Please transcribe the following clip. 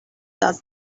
does